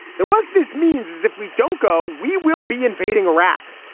then what this means is if we don't go, we will be invading iraq.